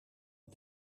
een